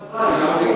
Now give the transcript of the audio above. אותם.